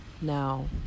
now